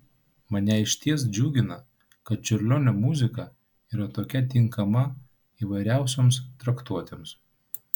mane išties džiugina kad čiurlionio muzika yra tokia tinkama įvairiausioms traktuotėms